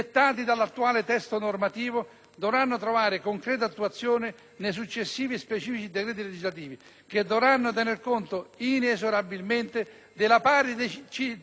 dovranno trovare concreta attuazione nei successivi e specifici decreti legislativi, che dovranno tener conto inesorabilmente della pari dignità dei cittadini italiani